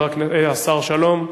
השר שלום.